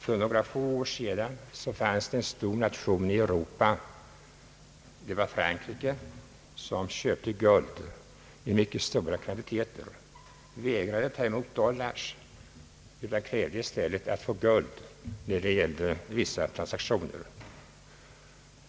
För några år sedan köpte en stor nation i Europa — det var Frankrike — guld i mycket stora kvantiteter. Frankrike vägrade ta emot dollar när det gällde vissa transaktioner och krävde i stället guld.